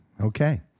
Okay